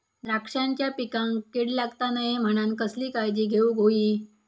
द्राक्षांच्या पिकांक कीड लागता नये म्हणान कसली काळजी घेऊक होई?